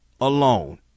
alone